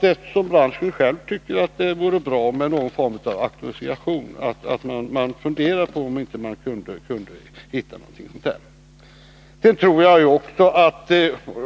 Eftersom branschen tycker att det vore bra med någon form av auktorisation, tror jag att man skulle fundera över om man inte kunde hitta någon form för